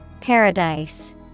Paradise